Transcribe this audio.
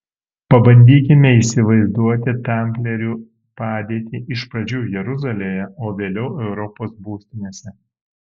pabandykime įsivaizduoti tamplierių padėtį iš pradžių jeruzalėje o vėliau europos būstinėse